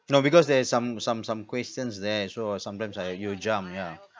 no because there is some some some questions there so uh sometimes I you'll jump ya